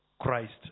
Christ